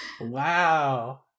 wow